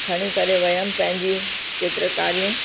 खणी करे वयमि पंहिंजी चित्रकारियूं